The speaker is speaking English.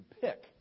pick